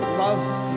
love